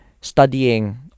studying